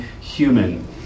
human